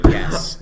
Yes